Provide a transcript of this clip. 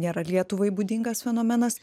nėra lietuvai būdingas fenomenas